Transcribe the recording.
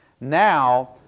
Now